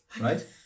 right